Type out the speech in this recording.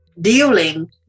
dealing